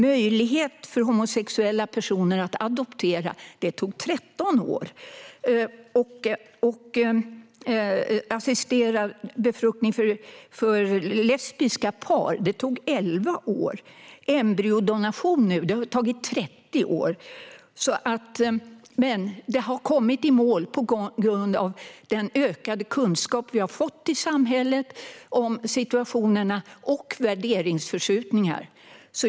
Möjligheten för homosexuella personer att få adoptera tog 13 år. Möjligheten för assisterad befruktning för lesbiska par tog 11 år. För embryodonation har det tagit 30 år. Det har dock gått i mål på grund av den ökade kunskap vi har fått i samhället om olika situationer samt på grund av värderingsförskjutningar.